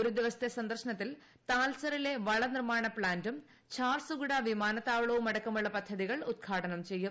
ഒരു ദിവസത്തെ സന്ദർശനത്തിൽ താൽച്ചറിലെ വള നിർമ്മാണ പ്പാന്റും ഛാർസുഗുഡ വിമാനത്താവളവും അടക്കമുള്ള പദ്ധതികൾ ഉദ്ഘാടനം ചെയ്യും